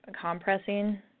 compressing